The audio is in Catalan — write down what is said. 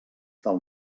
del